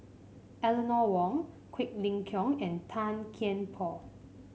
Eleanor Wong Quek Ling Kiong and Tan Kian Por